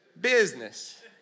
Business